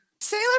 Sailor